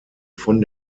von